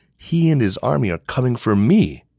he and his army are coming for me!